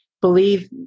believe